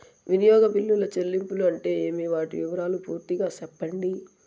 వినియోగ బిల్లుల చెల్లింపులు అంటే ఏమి? వాటి వివరాలు పూర్తిగా సెప్పండి?